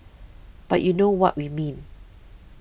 but you know what we mean